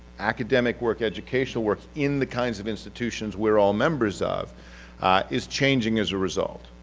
academic work educational work in the kinds of institutions we're all members of is changing as a result.